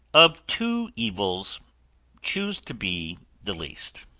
of two evils choose to be the least.